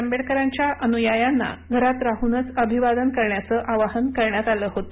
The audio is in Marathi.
आंबेडकरांच्या अनुयायांना घरात राहूनच अभिवादन करण्याचं आवाहन करण्यात आलं होतं